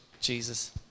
Jesus